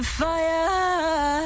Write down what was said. fire